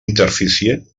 interfície